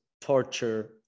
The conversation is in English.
torture